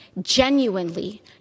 genuinely